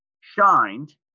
shined